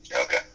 Okay